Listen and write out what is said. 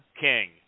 king